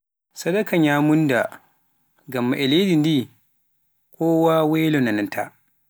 Sadaaka nyamunda ngam ma e leydi ndi kowa weylo naanaata.